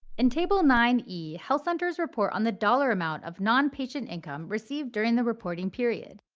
in table nine e, health centers report on the dollar amount of non-patient income received during the reporting period.